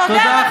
תודה רבה.